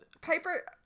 Piper